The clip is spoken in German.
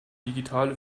digitale